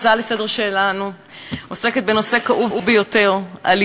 ההצעה לסדר-היום שלנו עוסקת בנושא כאוב ביותר,